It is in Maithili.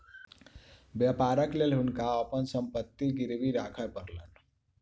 व्यापारक लेल हुनका अपन संपत्ति गिरवी राखअ पड़लैन